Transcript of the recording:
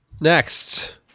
Next